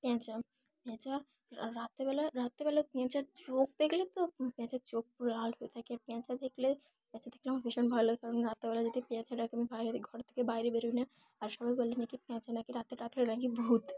পেঁচা রাতের বেলা রাতের বেলা পেঁচার চোখ দেখলে তো পেঁচার চোখ পুরো লাল হয়ে থাকে আর পেঁচা দেখলে পেঁচা দেখলে আমার ভীষণ ভালো লাগে কারণ রাতবেলা যদি পেঁচা ডাকে আমি বাইরে ঘর থেকে বাইরে বেরো না আর সবাই বল নাক কি পেঁচা নাকি রাতে ডাকলে নাকি ভূত